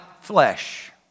flesh